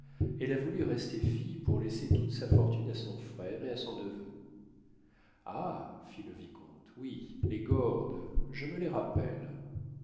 elle a voulu rester fille pour laisser toute sa fortune à son frère et à son neveu ah fit le vicomte oui les gordes je me les rappelle